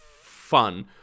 fun